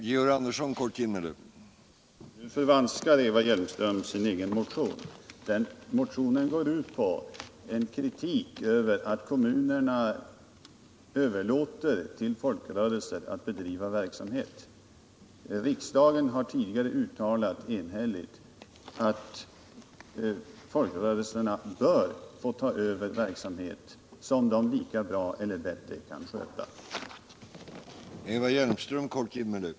Herr talman! Nu förvanskar Eva Hjelmström sin egen motion. Den vår ut på en kritik av att kommunerna överlåter till folkrörelser utt bedriva viss verksamhet. Riksdagen har tidigare uttalat enhälligt att folkrörelserna bör få ta över verksamhet som de: kan sköta lika bra som eller bättre än kommunerna.